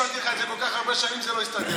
לך את זה כל כך הרבה שנים שזה לא הסתדר,